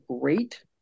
great